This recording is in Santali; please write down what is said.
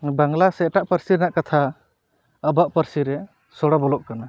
ᱵᱟᱝᱞᱟ ᱥᱮ ᱮᱴᱟᱜ ᱯᱟᱹᱨᱥᱤ ᱨᱮᱱᱟᱜ ᱠᱟᱛᱷᱟ ᱟᱵᱚᱣᱟᱜ ᱯᱟᱹᱨᱥᱤᱨᱮ ᱥᱚᱲᱚ ᱵᱚᱞᱚᱜ ᱠᱟᱱᱟ